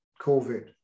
covid